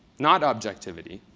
not objectivity,